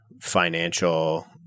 financial